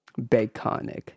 Baconic